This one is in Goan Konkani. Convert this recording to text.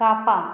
कापां